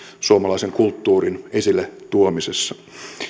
suomalaisen kulttuurin esille tuomisessa